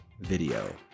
video